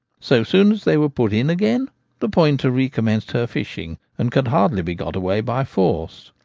so soon as they were put in again the pointer recommenced her fishing, and could hardly be got away by force.